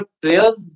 players